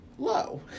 low